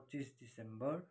पच्चिस दिसम्बर